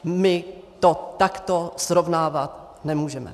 My to takto srovnávat nemůžeme.